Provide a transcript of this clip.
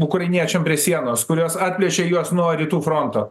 ukrainiečiam prie sienos kurios atvežė juos nuo rytų fronto